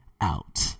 out